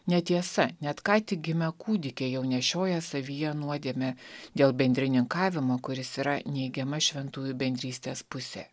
netiesa net ką tik gimę kūdikiai jau nešioja savyje nuodėmę dėl bendrininkavimo kuris yra neigiama šventųjų bendrystės pusė